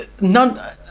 none